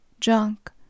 junk